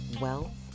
wealth